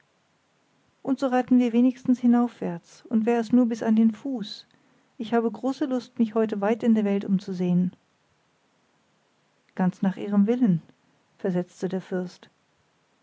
und so reiten wir wenigstens hinaufwärts und wär es nur bis an den fuß ich habe große lust mich heute weit in der welt umzusehen ganz nach ihrem willen versetzte der fürst